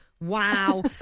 wow